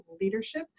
leadership